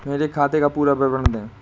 मेरे खाते का पुरा विवरण दे?